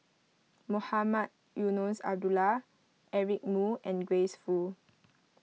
Mohamed Eunos Abdullah Eric Moo and Grace Fu